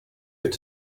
you